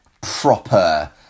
proper